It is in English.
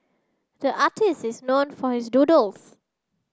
the artists is known for his doodles